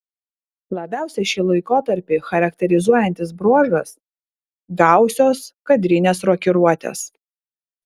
labiausiai šį laikotarpį charakterizuojantis bruožas gausios kadrinės rokiruotės